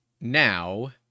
now